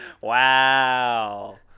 Wow